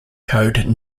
code